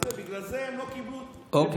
בגלל זה הם לא קיבלו 50 מנדטים.